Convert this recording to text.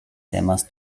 temas